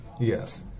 Yes